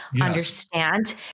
understand